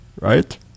right